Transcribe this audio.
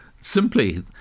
Simply